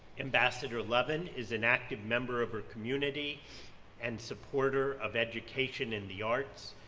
ambassador levin is an active member of her community and supporter of education in the arts,